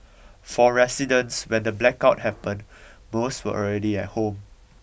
for residents when the blackout happened most were already at home